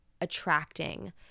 attracting